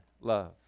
love